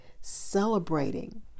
celebrating